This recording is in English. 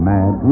Mad